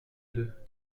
deux